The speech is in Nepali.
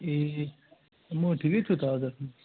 ए म ठिकै छु त हजुर